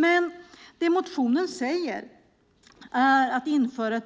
Det vi föreslår i motionen är att införa ett